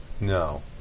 No